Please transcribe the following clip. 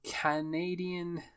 Canadian